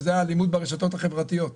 שזו האלימות ברשתות החברתיות.